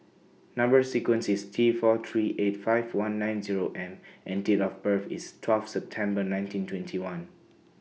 Number sequence IS T four three eight five one nine Zero M and Date of birth IS twelve September nineteen twenty one